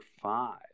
five